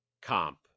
comp